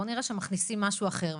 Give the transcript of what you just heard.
בואו נראה שמכניסים משהו אחר.